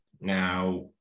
Now